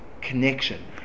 connection